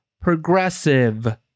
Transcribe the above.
progressive